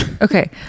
okay